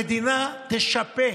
המדינה תשפה